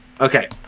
okay